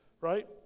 right